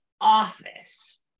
office